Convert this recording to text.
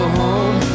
home